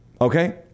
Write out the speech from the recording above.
okay